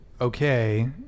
okay